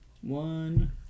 One